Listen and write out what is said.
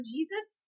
Jesus